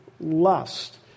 lust